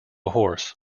horse